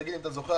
תגיד אם אתה זוכר,